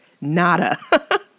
nada